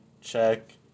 check